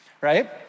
right